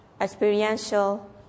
experiential